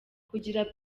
kugira